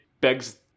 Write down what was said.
begs